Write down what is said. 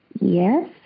Yes